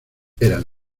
eran